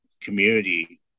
community